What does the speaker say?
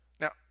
Now